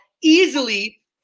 easily